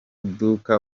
duka